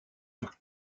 sur